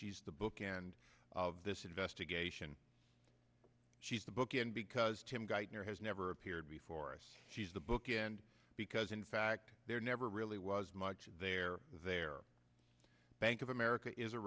she's the book end of this investigation she's the book and because tim geithner has never appeared before us she's the book and because in fact there never really was much there their bank of america is a